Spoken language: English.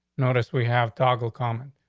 noticed we have toggle common,